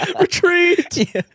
Retreat